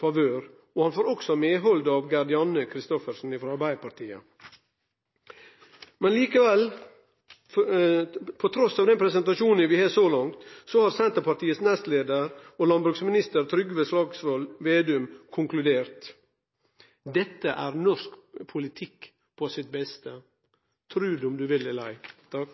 favør. Han får også medhald av Gerd Janne Kristoffersen frå Arbeidarpartiet. Men likevel, trass i den presentasjonen vi har så langt, har Senterpartiets nestleiar og landbruksminister Trygve Slagsvold Vedum konkludert: «Dette er norsk politikk på sitt beste». Tru det om du